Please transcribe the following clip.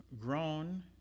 grown